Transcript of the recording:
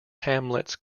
hamlets